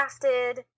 crafted